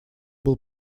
был